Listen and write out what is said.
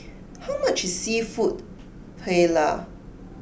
how much is Seafood Paella